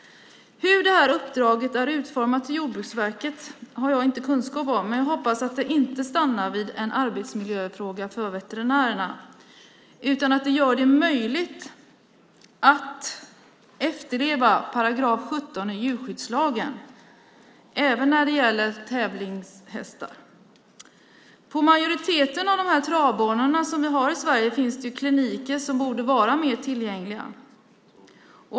Hur uppdraget är utformat till Jordbruksverket har jag inte kunskap om, men jag hoppas att det inte stannar vid en arbetsmiljöfråga för veterinärerna utan att det gör det möjligt att efterleva 17 § djurskyddslagen - även för tävlingshästar. På majoriteten av travbanorna som finns i Sverige finns kliniker som borde vara mer tillgängliga.